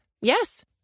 Yes